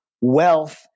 wealth